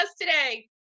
today